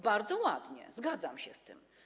Bardzo ładnie, zgadzam się z tym.